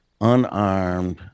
unarmed